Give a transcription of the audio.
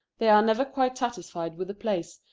they are never quite satisfied with the plays,